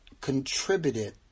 contributed